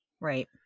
Right